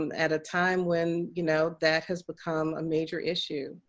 um at a time when, you know, that has become a major issue.